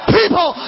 people